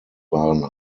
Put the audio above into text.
waren